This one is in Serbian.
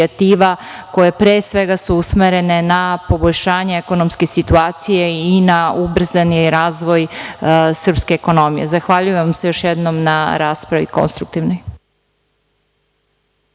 koje su usmerene na poboljšanje ekonomske situacije i na ubrzani razvoj srpske ekonomije. Zahvaljujem vam se još jednom na raspravi konstruktivnoj.